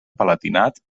palatinat